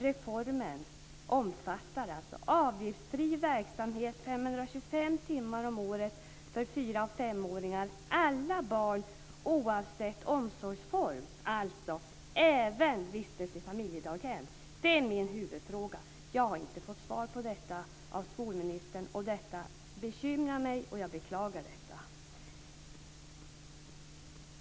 Reformen omfattar alltså avgiftsfri verksamhet 525 timmar om året för fyra och femåringar. Gäller detta alla barn, oavsett omsorgsform - alltså även barn som vistas i familjedaghem? Det är min huvudfråga. Jag har inte fått svar på den av skolministern, vilket bekymrar mig. Jag beklagar detta.